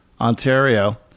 Ontario